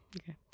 Okay